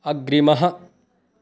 अग्रिमः